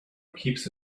keeps